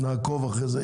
אנחנו נעקוב אחרי זה.